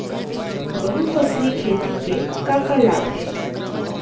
बहुफसली खेती के का का लाभ हे?